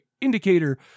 Indicator